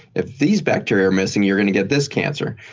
if these bacteria are missing, you're going to get this cancer.